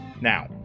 Now